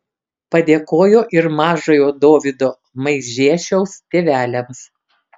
padėkojo ir mažojo dovydo maižiešiaus tėveliams